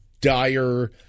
dire